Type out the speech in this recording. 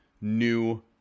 new